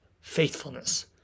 faithfulness